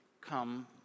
come